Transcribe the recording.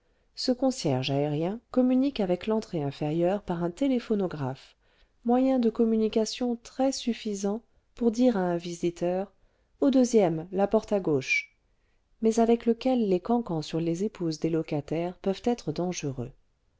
ce concierge aérien communique avec l'entrée inférieure par un téléphonographe moyen de communication très suffisant sur les toits le vingtième siècle pour dire à un visiteur au deuxième la porte à gauche mais avec lequel les cancans sur les épouses des locataires peuvent être dangereux